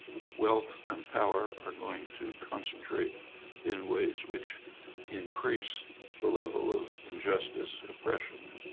wealth and power are going to concentrate in ways which increase the level of injustice, oppression,